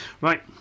Right